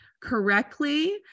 correctly